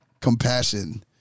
compassion